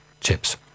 chips